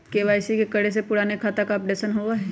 KYC करें से पुराने खाता के अपडेशन होवेई?